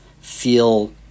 feel